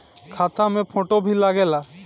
खाता मे फोटो भी लागे ला?